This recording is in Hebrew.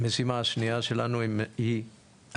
המשימה השנייה שלנו היא עלייה,